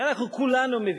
ואנחנו כולנו מבינים,